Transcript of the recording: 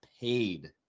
paid